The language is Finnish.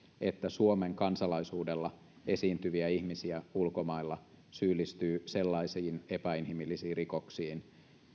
että suomen kansalaisuudella esiintyviä ihmisiä ulkomailla syyllistyy sellaisiin epäinhimillisiin rikoksiin